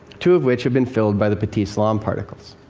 two of which have been filled by the pati-salam particles.